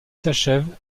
s’achève